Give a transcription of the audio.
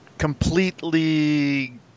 Completely